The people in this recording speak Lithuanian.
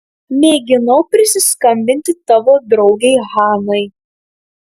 mėginau prisiskambinti tavo draugei hanai